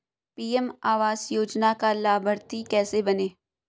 PM आवास योजना का लाभर्ती कैसे बनें?